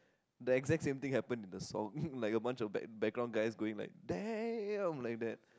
the exact same thing happen to the song like a bunch of back~ background guys going like damn like that